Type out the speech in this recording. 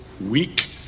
weak